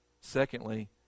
Secondly